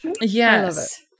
Yes